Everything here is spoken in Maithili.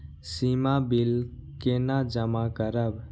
सीमा बिल केना जमा करब?